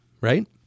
right